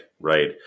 right